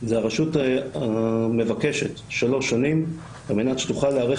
הרשות מבקשת שלוש שנים על מנת שהיא תוכל להיערך